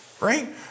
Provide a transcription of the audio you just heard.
right